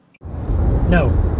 No